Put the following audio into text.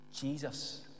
Jesus